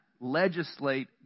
legislate